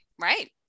right